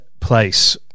place